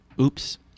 oops